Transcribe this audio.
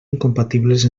incompatibles